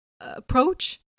approach